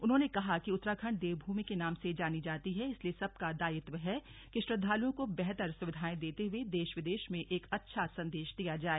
उन्होंने कहा कि उत्तराखण्ड देवभूमि के नाम से जानी जाती है इसलिए सबका दायित्व है कि श्रद्धालुओं को बेहतर सुविधाएं देते हुए देश विदेश में एक अच्छा संदेश दिया जाय